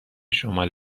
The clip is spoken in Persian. شمال